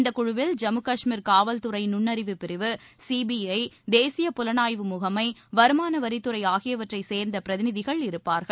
இந்த குழுவில் ஜம்மு கஷ்மீர் காவல்துறை நுண்ணறிவு பிரிவு சிபிஐ தேசிய புலனாய்வு முகமை வருமானவரித்துறை ஆகியவற்றை சேர்ந்த பிரதிநிதிகள் இருப்பார்கள்